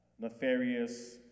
nefarious